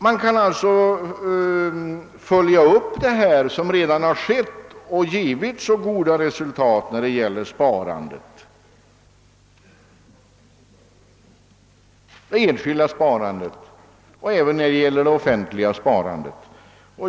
Man kan alltså följa upp de åtgärder som redan har givit så goda resultat i form av ökat sparande. Detta gäller såväl det enskilda som det offentliga sparandet.